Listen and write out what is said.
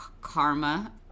karma